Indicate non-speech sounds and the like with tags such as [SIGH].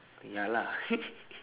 ya lah [LAUGHS]